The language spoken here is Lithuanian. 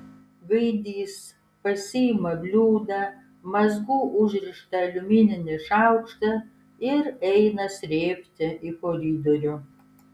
gaidys pasiima bliūdą mazgu užrištą aliumininį šaukštą ir eina srėbti į koridorių